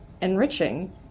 enriching